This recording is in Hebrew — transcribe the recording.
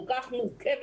כל כך מורכבת,